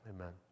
Amen